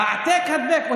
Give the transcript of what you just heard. העתק-הדבק.